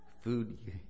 food